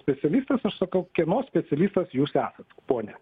specialistas aš sakau kieno specialistas jūs esat pone